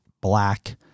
black